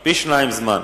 תודה רבה.